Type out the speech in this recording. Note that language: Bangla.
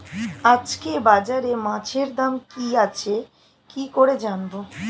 আজকে বাজারে মাছের দাম কি আছে কি করে জানবো?